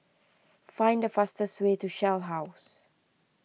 find the fastest way to Shell House